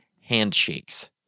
handshakes